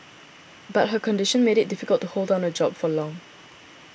but her condition made it difficult to hold down a job for long